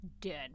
dead